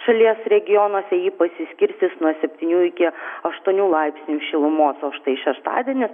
šalies regionuose ji pasiskirstys nuo septynių iki aštuonių laipsnių šilumos o štai šeštadienis